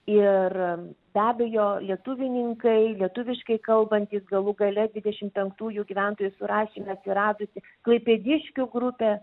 ir be abejo lietuvininkai lietuviškai kalbantys galų gale dvidešim penktųjų gyventojų surašyme atsiradusi klaipėdiškių grupė